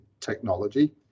technology